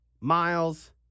Miles